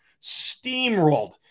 steamrolled